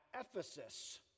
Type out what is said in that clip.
Ephesus